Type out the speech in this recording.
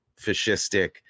fascistic